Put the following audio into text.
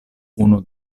unu